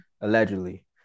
Allegedly